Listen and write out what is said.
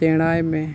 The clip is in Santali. ᱥᱮᱬᱟᱭ ᱢᱮ